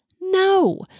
No